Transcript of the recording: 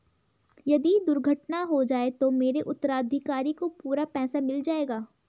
यदि दुर्घटना हो जाये तो मेरे उत्तराधिकारी को पूरा पैसा मिल जाएगा?